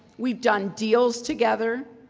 we done deals together.